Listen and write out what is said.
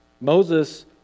Moses